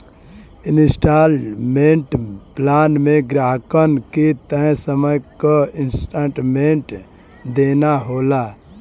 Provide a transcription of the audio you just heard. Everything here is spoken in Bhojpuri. इन्सटॉलमेंट प्लान में ग्राहकन के तय समय तक इन्सटॉलमेंट देना होला